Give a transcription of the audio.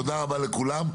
תודה רבה לכולם.